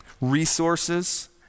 resources